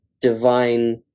divine